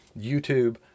YouTube